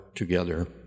Together